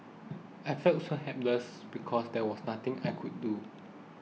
I felt so helpless because there was nothing I could do